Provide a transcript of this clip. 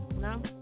no